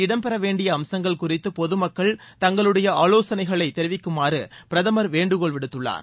இடம்பெற வேண்டிய அம்சங்கள் குறித்து பொதுமக்கள் தங்களுடைய இதில் யோசனைகளை தெரிவிக்குமாறு பிரதமர் வேண்டுகோள் விடுத்துள்ளார்